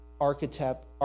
architect